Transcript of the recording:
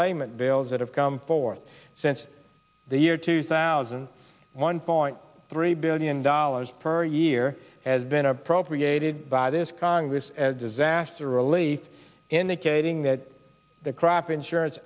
payment bills that have come forth since the year two thousand one point three billion dollars per year has been appropriated by this congress disaster relief indicating that the crop insurance